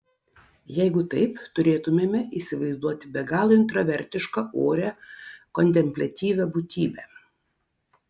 jeigu taip turėtumėme įsivaizduoti be galo intravertišką orią kontempliatyvią būtybę